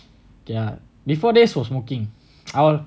okay lah before this was smoking I will